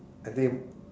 I think